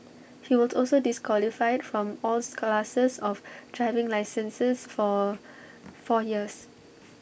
he was also disqualified from alls classes of driving licenses for four years